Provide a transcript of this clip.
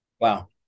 wow